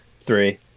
Three